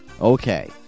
Okay